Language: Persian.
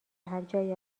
هرجایی